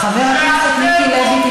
חבר הכנסת מיקי לוי,